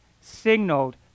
signaled